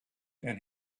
and